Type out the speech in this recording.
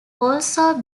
also